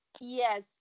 yes